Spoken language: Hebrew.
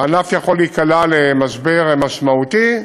הענף יכול להיקלע למשבר משמעותי,